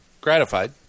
gratified